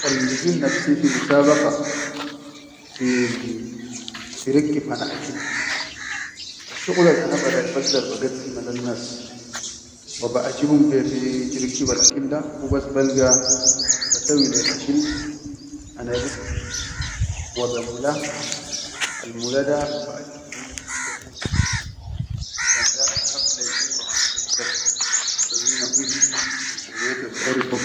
Kan ligid nafsi fi musabaqa hil tirikkib hana akil, asshuqulal baraʼi bagaddim lennas baʼajibum be fi tirikkibal akil da hubas balga, basawwi lai akil han ris wa be mula, almula da baʼakkid min inda hut, fishan da ahal lai shai wa anna bagdar basawwi nadif, ka sawwet bagdar.